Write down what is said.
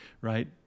right